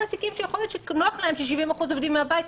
מעסיקים שיכול להיות שנוח להם ש-70% מהעובדים עובדים מהבית.